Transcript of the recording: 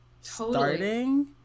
starting